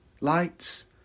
lights